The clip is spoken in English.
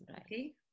okay